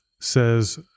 says